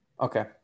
Okay